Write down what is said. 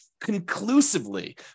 conclusively